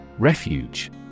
Refuge